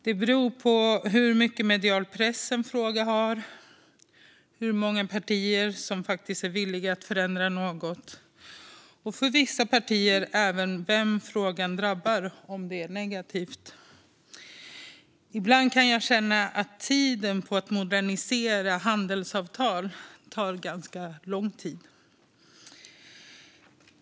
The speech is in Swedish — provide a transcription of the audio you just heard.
Det beror på hur mycket medial uppmärksamhet en fråga får, hur många partier som faktiskt är villiga att förändra något och för vissa partier också vem frågan drabbar om det är negativt. Ibland kan jag känna att arbetet med att modernisera handelsavtal tar ganska lång tid.